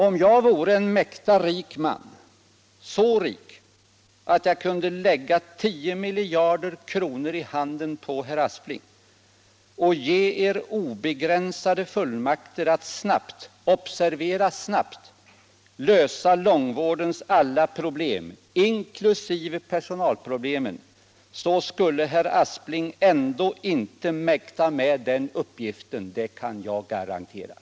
Om jag vore en mäkta rik man, så rik att jag kunde lägga 10 miljarder i handen på herr Aspling och ge er obegränsade fullmakter att snabbt — observera snabbt! — lösa långvårdens alla problem inkl. personalproblemen, skulle herr Aspling ändå inte mäkta med den uppgiften, det kan jag garantera.